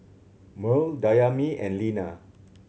Merl Dayami and Lina